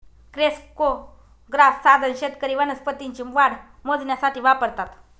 crescograph साधन शेतकरी वनस्पतींची वाढ मोजण्यासाठी वापरतात